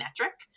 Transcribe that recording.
metric